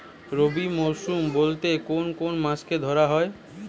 রবি মরশুম বলতে কোন কোন মাসকে ধরা হয়?